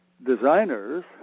Designers